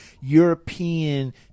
European